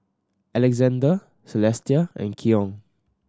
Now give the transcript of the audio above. Alexander Celestia and Keion